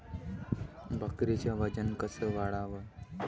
बकरीचं वजन कस वाढवाव?